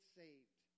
saved